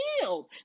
healed